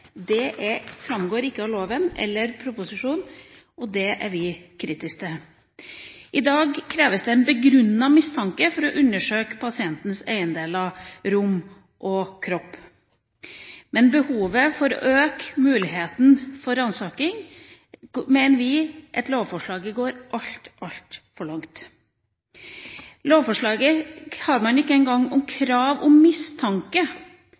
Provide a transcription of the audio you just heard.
atferd? Det framgår ikke av loven eller proposisjonen, og det er vi kritiske til. I dag kreves det en begrunnet mistanke for å undersøke pasientens eiendeler, rom og kropp. Men når det gjelder behovet for å øke muligheten for ransaking, mener vi at lovforslaget går altfor langt. I lovforslaget har man ikke engang krav om mistanke.